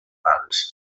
pals